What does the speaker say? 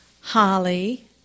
Holly